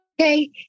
okay